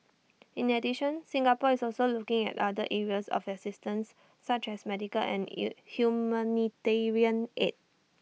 in addition Singapore is also looking at other areas of assistance such as medical and you humanitarian aid